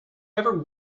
ever